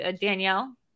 Danielle